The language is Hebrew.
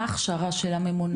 מה ההכשרה של הממונה?